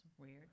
weird